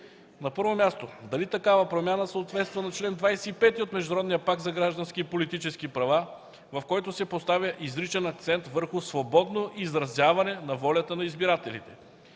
На първо място, дали такава промяна съответства на чл. 25 от Международния пакт за граждански и политически права, в който се поставя изричен акцент върху „свободно изразяване на волята на избирателите”?